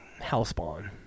Hellspawn